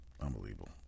unbelievable